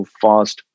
fast